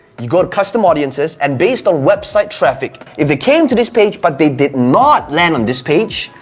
you go to custom audiences. and based on website traffic, if they came to this page but they did not land on this page,